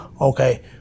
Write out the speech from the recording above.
Okay